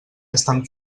estan